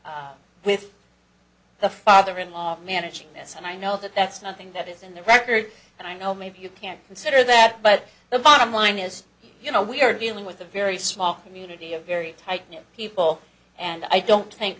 out with the father in law managing this and i know that that's nothing that is in the record and i know maybe you can consider that but the bottom line is you know we're dealing with a very small community a very tight knit people and i don't think